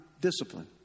discipline